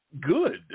good